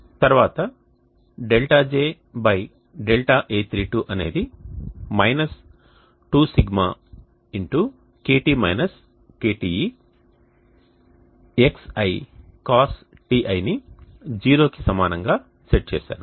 తర్వాత δjδa32 అనేది 2Σ xi cosτi ని 0కి సమానంగా సెట్ చేసాను